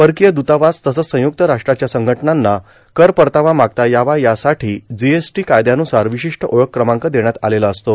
परकोय दूतावास तसंच संयुक्त राष्ट्रांच्या संघटनांना कर परतावा मागता यावा यासाठी जीएसटी कायद्यानुसार र्वाशष्ट ओळख क्रमांक देण्यात आलेला असतो